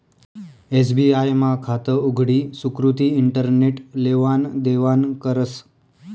SBI मा खातं उघडी सुकृती इंटरनेट लेवान देवानं करस